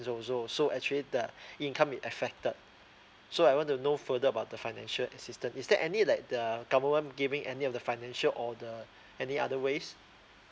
is also so actually the income is affected so I want to know further about the financial assistance is there any like the government giving any of the financial or the any other ways